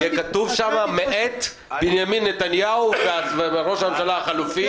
יהיה כתוב שם: "מאת בנימין נתניהו וראש הממשלה החלופי בני גנץ".